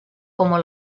como